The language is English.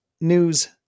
News